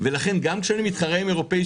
אותן ארובות באיזמיר,